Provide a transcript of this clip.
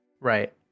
right